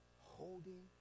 holding